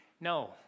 No